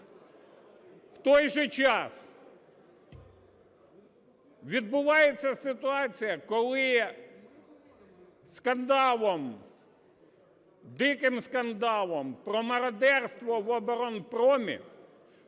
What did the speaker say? В той же час, відбувається ситуація, коли скандалом, диким скандалом про мародерство в "Укроборонпромі"